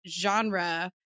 genre